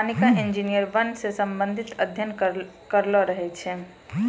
वानिकी इंजीनियर वन से संबंधित अध्ययन करलो रहै छै